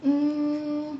um